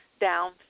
down